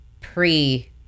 pre-